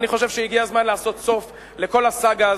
אני חושב שהגיע הזמן לעשות סוף לכל הסאגה הזאת,